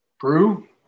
Brew